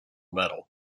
medal